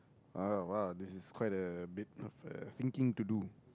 uh !wow! this is quite a bit of a thinking to do